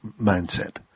mindset